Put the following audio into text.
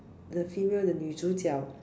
the female the 女主角